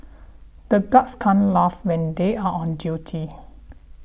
the guards can't laugh when they are on duty